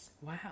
Wow